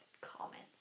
Comments